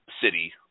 city